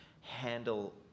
handle